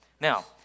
Now